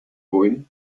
войн